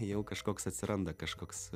jau kažkoks atsiranda kažkoks